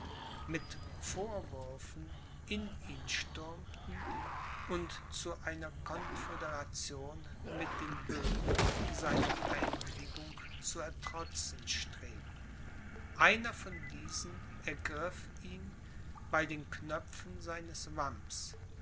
mit vorwürfen in ihn stürmten und zu einer conföderation mit den böhmen seine einwilligung zu ertrotzen strebten einer von diesen ergriff ihn bei den knöpfen seines wamms